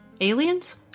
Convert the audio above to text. Aliens